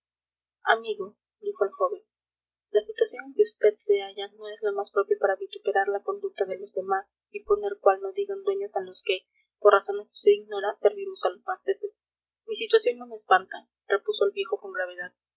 el joven la situación en que vd se halla no es la más propia para vituperar la conducta de los demás y poner cual no digan dueñas a los que por razones que vd ignora servimos a los franceses mi situación no me espanta repuso el viejo con